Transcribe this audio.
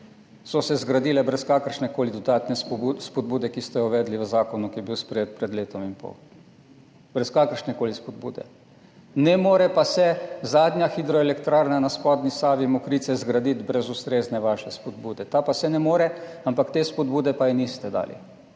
so se zgradile brez kakršnekoli dodatne spodbude, ki ste jo uvedli v zakonu, ki je bil sprejet pred letom in pol. Brez kakršnekoli spodbude. Ne more pa se zadnja hidroelektrarna na spodnji Savi, Mokrice, zgraditi brez ustrezne vaše spodbude. Ta pa se ne more, ampak te spodbude ji pa niste dali.